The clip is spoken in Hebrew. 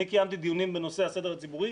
אני קיימתי דיונים בנושא הסדר הציבורי,